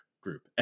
group